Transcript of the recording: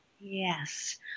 Yes